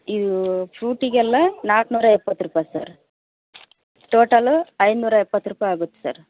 ಇವು ಫ್ರೂಟಿಗೆಲ್ಲ ನಾಲ್ಕು ನೂರ ಎಪ್ಪತ್ತು ರೂಪಾಯಿ ಸರ್ ಟೋಟಲ್ ಐದು ನೂರ ಎಪ್ಪತ್ತು ರೂಪಾಯಿ ಆಗುತ್ತೆ ಸರ್